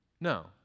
No